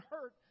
hurt